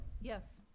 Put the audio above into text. Yes